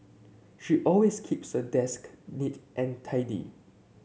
she always keeps her desk neat and tidy